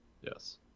Yes